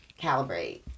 calibrate